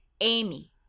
amy